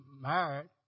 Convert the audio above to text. married